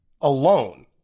alone